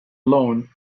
loan